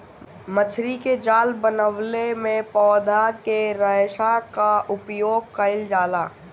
मछरी के जाल बनवले में पौधा के रेशा क उपयोग कईल जाला